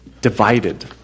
divided